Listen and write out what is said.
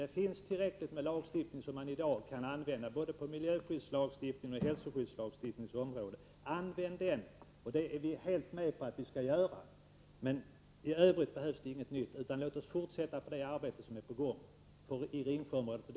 Det finns tillräckligt med lagar i dag både inom miljöskyddslagstiftningens och hälsoskyddslagstiftningens område. Använd dem -— det är vi helt med på att man skall göra. I övrigt behövs som sagt inget nytt. Låt oss fortsätta det arbete som är på gång i Ringsjöområdet.